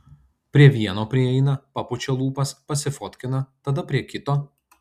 prie vieno prieina papučia lūpas pasifotkina tada prie kito